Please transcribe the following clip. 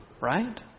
Right